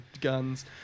guns